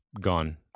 gone